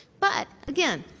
but, again,